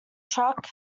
truck